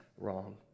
wrong